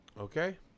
Okay